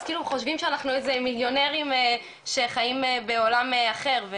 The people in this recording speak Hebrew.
חושבים שאנחנו איזה מליונרים שחיים בעולם אחר.